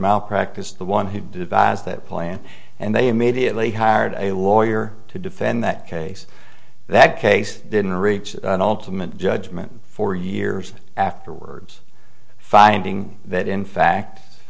malpractise the one who devised that plan and they immediately hired a lawyer to defend that case that case didn't reach an ultimate judgment for years afterwards finding that in fact